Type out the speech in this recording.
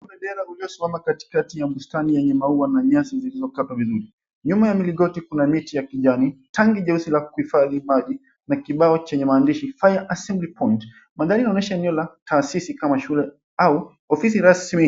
Bendera ulosimama katikati ya bustani yenye maua na nyasi iliolatwa vizuri. Nyuma ya mlingoti kuna miti ya kijani, tanki nyeusi ya kuhifadhi maji na kibao chenye maandishi, Fire Assembly Point. Mandhari inaonyesha eneo la taasisi kama shule au ofisi rasmi.